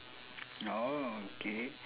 orh okay